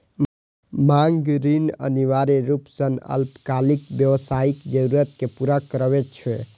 मांग ऋण अनिवार्य रूप सं अल्पकालिक व्यावसायिक जरूरत कें पूरा करै छै